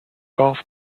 golf